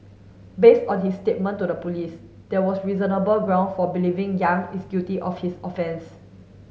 based on his statement to the police there was reasonable ground for believing Yang is guilty of his offence